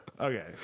okay